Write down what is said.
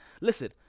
listen